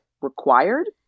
required